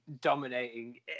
dominating